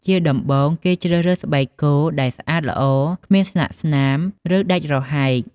ជាដំបូង គេជ្រើសរើសស្បែកគោដែលស្អាតល្អ គ្មានស្លាកស្នាម ឬដាច់រហែក។